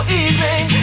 evening